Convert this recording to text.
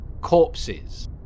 Corpses